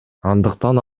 андыктан